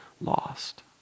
lost